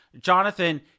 Jonathan